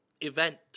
event